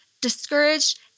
discouraged